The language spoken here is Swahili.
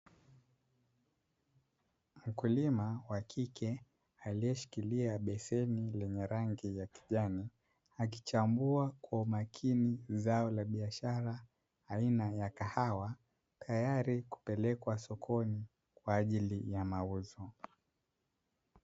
Mkulima wa kike aliyeshikilia beseni lenye rangi ya kijani, akichambua kwa umakini zao la biashara aina ya kahawa tayari kupelekwa sokoni kwa ajili ya mauzo.